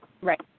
Right